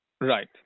Right